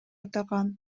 атаган